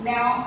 Now